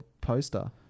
poster